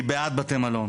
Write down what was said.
אני בעד בתי מלון.